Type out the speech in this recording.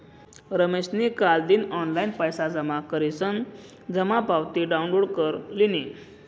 रमेशनी कालदिन ऑनलाईन पैसा जमा करीसन जमा पावती डाउनलोड कर लिनी